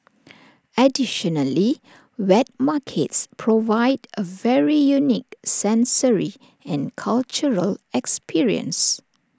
additionally wet markets provide A very unique sensory and cultural experience